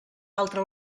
altre